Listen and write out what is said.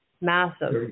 massive